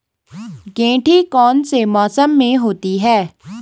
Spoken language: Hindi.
गेंठी कौन से मौसम में होती है?